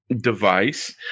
device